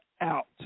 out